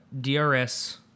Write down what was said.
DRS